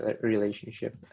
relationship